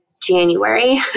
January